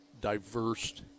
diverse